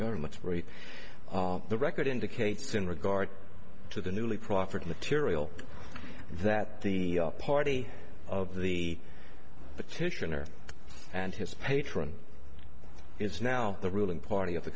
government the record indicates in regard to the newly proffered material that the party of the petitioner and his patron is now the ruling party of the